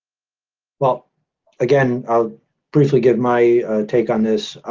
well again, i'll briefly give my take on this